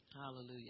Hallelujah